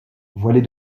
voilée